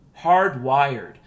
Hardwired